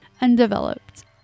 undeveloped